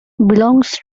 belongs